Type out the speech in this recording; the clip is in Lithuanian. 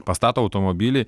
pastato automobilį